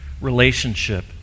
relationship